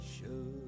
Show